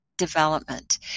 Development